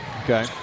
Okay